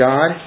God